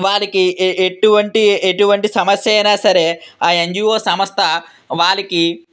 వారికి ఎటువంటి ఎటువంటి సమస్య అయినా సరే ఆ ఎన్జీఓ సంస్థ వాళ్ళకి